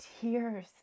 tears